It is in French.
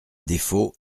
défaut